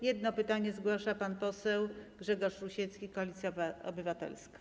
Jedno pytanie zgłasza pan poseł Grzegorz Rusiecki, Koalicja Obywatelska.